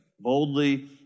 Boldly